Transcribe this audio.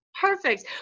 Perfect